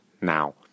now